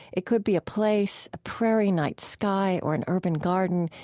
it could be a place a prairie night sky or an urban garden.